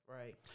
right